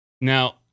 Now